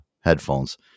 headphones